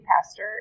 pastor